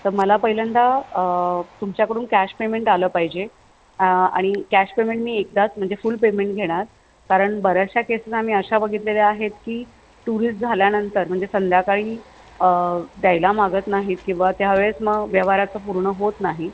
तर मला पहिल्यांदा तुमच्याकडून कॅश पेमेंट आलं पाहिजे आणि कॅश पेमेंट मी एकदाच म्हणजे फुल पेमेंट घेणार कारण बऱ्याचश्या केसेस आम्ही अशा बघितलेल्या आहेत की टुरिस झाल्यानंतर म्हणजे संध्याकाळी द्यायला मागत नाहीत किंवा त्यावेळेस मग व्यवहाराचं पूर्ण होत नाही